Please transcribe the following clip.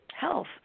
health